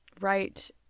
right